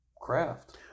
Craft